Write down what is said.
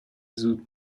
زود